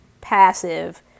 passive